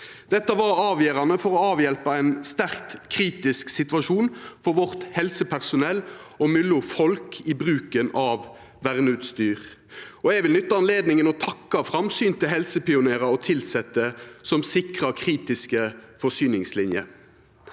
Det var avgjeran de for å avhjelpa ein sterkt kritisk situasjon for helsepersonellet vårt, og mellom folk, i bruken av verneutstyr. Eg vil nytta anledninga til å takka framsynte helsepionerar og tilsette som sikra kritiske forsyningslinjer.